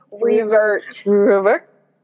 revert